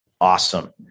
Awesome